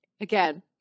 Again